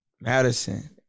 Madison